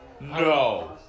No